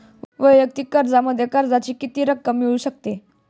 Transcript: वैयक्तिक कर्जामध्ये कर्जाची किती रक्कम मिळू शकते?